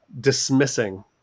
dismissing